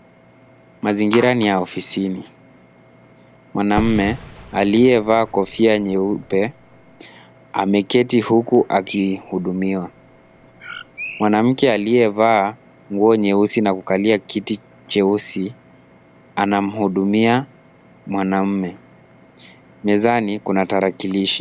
Mazingira ni ya ofisini. Mwanaume aliyevaa kofia nyeupe ameketi huku akihudumiwa. Mwanamke aliyevaa nguo nyeusi na kukalia kiti cheusi, anamhudumia mwanaume. Mezani kuna tarakilishi.